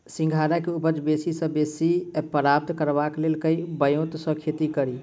सिंघाड़ा केँ उपज बेसी सऽ बेसी प्राप्त करबाक लेल केँ ब्योंत सऽ खेती कड़ी?